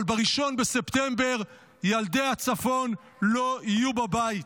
אבל ב-1 בספטמבר ילדי הצפון לא יהיו בבית.